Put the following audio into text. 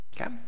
Okay